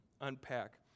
unpack